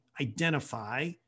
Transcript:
identify